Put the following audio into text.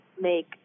make